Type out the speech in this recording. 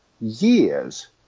years